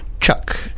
Chuck